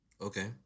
Okay